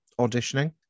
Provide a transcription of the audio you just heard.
auditioning